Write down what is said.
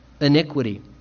iniquity